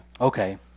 Okay